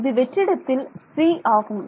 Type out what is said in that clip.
இது வெற்றிடத்தில் c ஆகும்